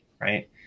right